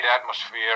atmosphere